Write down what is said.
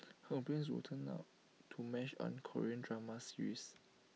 her brain would turn out to mesh on Korean drama serials